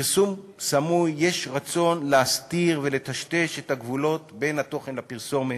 בפרסום סמוי יש רצון להסתיר ולטשטש את הגבולות בין התוכן לפרסומת.